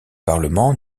parlement